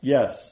Yes